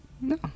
no